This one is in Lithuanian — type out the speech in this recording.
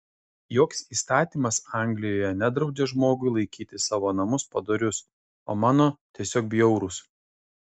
joks įstatymas anglijoje nedraudžia žmogui laikyti savo namus padorius o mano tiesiog bjaurūs